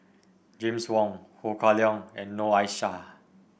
James Wong Ho Kah Leong and Noor Aishah